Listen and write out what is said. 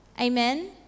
Amen